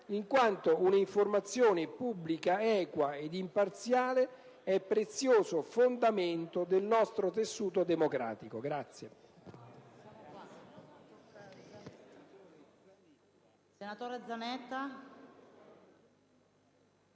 in quanto un'informazione pubblica, equa ed imparziale è prezioso fondamento del nostro tessuto democratico.